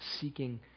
seeking